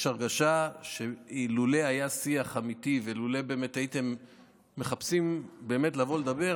יש הרגשה שאילו היה שיח אמיתי ואילו הייתם באמת מחפשים לבוא לדבר,